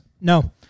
No